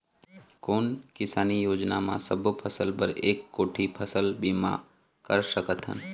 कोन किसानी योजना म सबों फ़सल बर एक कोठी फ़सल बीमा कर सकथन?